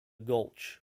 gulch